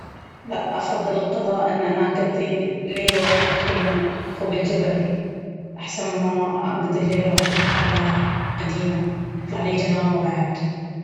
لا أفضل أن انا اقضي ليلة وحدة في خيمة فوق الجبل أحسن ما أقضي ليلة وحدة في قلعة قديمة يطلع لي جنانوة بعد!